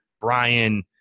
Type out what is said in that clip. Brian –